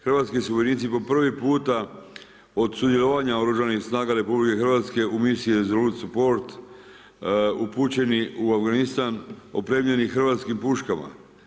Hrvatski su vojnici po prvi puta od sudjelovanja Oružanih snaga RH u misiji Resolute Support upućeni u Afganistan, opremljeni hrvatskim puškama.